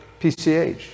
PCH